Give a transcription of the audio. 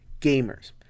gamers